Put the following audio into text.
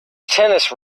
tennis